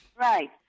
Right